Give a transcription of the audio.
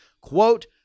quote